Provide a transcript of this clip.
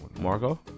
Margot